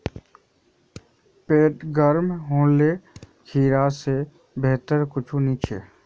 पेट गर्म होले खीरा स बेहतर कुछू नी